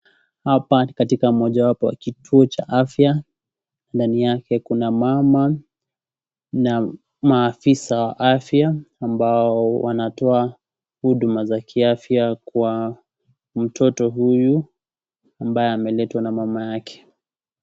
Hapa ni katika mojawapo ya kituo cha afya ndani yake kuna mama na maafisa wa afya ambao wanatoa huduma za kiafya kwa mtoto huyu ambaye ameletwa na mama yake.